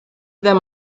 them